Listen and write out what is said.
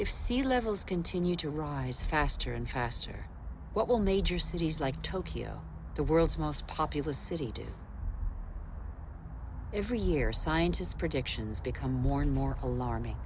if sea levels continue to rise faster and faster what will major cities like tokyo the world's most populous city to every year scientists predictions become more and more alarming